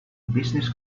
business